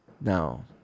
Now